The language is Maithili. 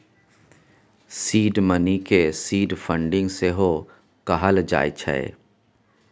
सीड मनी केँ सीड फंडिंग सेहो कहल जाइ छै